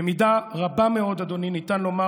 במידה רבה מאוד, אדוני, ניתן לומר